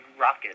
rocket